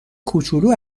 کوچولو